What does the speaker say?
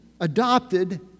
adopted